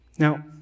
Now